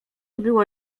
było